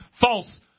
false